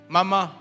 Mama